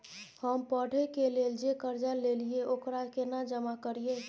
हम पढ़े के लेल जे कर्जा ललिये ओकरा केना जमा करिए?